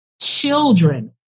children